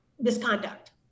misconduct